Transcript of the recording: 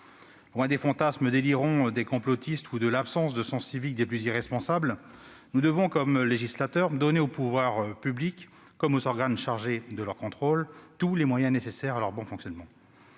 Loin des fantasmes délirants des complotistes ou de l'absence de sens civique des plus irresponsables, nous devons, en tant que législateurs, donner aux pouvoirs publics comme aux organes chargés de leur contrôle tous les moyens nécessaires à leur bon fonctionnement.